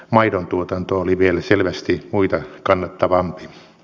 maidontuotanto oli vielä selvästi muita kannattavampi